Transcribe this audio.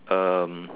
um